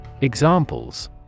Examples